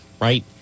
Right